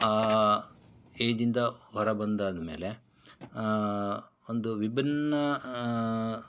ಈಗಿಂದ ಹೊರಬಂದಾದ ಮೇಲೆ ಒಂದು ವಿಭಿನ್ನ